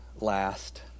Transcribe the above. last